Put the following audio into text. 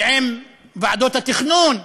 ועם ועדות התכנון,